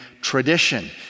tradition